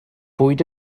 bwyd